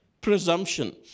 presumption